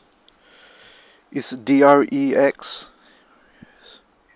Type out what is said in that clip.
it's D R E X